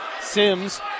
Sims